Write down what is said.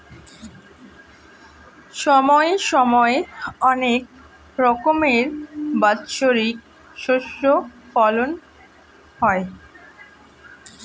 সময় সময় অনেক রকমের বাৎসরিক শস্য ফলন হয়